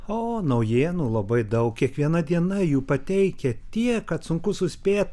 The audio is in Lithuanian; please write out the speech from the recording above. o naujienų labai daug kiekviena diena jų pateikia tiek kad sunku suspėt